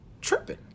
tripping